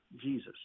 Jesus